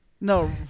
no